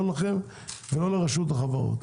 לא לכם ולא לרשות החברות.